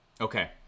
Okay